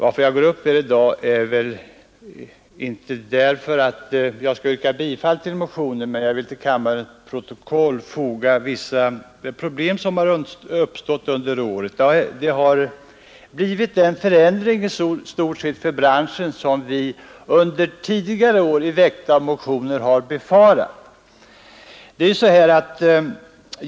Att jag begärt ordet i dag beror inte på att jag ämnar yrka bifall till motionen utan på att jag till kammarens protokoll vill få antecknat vissa problem som har uppstått under året. Den förändring för branschen som vi under tidigare år i väckta motioner har framfört farhågor för har i stort sett inträffat.